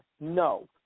No